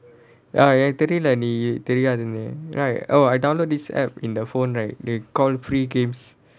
ya எனக்கு தெரில நீ தெரியாதுன்னு:enakku therila nee theriyaathunu right oh I download this application in the phone right they call free games